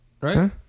right